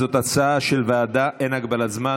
זו הצעה של ועדה, אין הגבלת זמן.